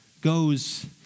goes